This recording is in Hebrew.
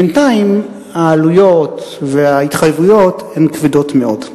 בינתיים העלויות וההתחייבויות הן כבדות מאוד.